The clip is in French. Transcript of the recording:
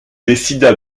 décida